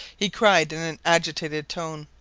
he cried in an agitated tone,